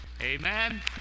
Amen